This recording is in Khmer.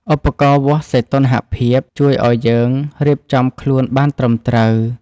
ឧបករណ៍វាស់សីតុណ្ហភាពជួយឱ្យយើងរៀបចំខ្លួនបានត្រឹមត្រូវ។